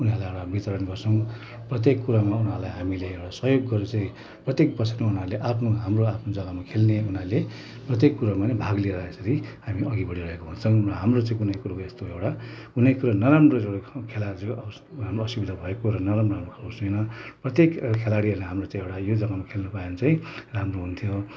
उनीहरूलाई एउटा वितरण गर्छौँ प्रत्येक कुरामा उनीहरूलाई हामीले एउटा सहयोग गरेर चाहिँ प्रत्येक वर्ष नै उनीहरूले आफ्नो हाम्रो आफ्नो जगामा खेल्ने हुनाले प्रत्येक कुरोमा नै भाग लिएर यसरी हामी अघि बढिरहेका हुन्छौँ र हाम्रो चाहिँ कुनै कुराको यस्तो एउटा कुनै कुरो नराम्रो खेलाको हाम्रो असुविधा भएको प्रत्येक खेलाडीहरूलाई हाम्रो चाहिँ एउटा यो जगामा खेल्नु पायो भने चाहिँ राम्रो हुन्थ्यो